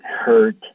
hurt